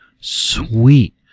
Sweet